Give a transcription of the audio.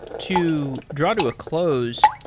to draw to a close,